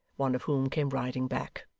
one of whom came riding back.